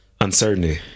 uncertainty